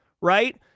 right